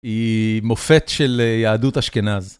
היא מופת של יהדות אשכנז.